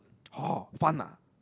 hor-fun ah